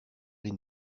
les